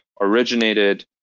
originated